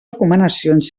recomanacions